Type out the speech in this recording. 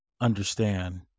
understand